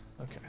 Okay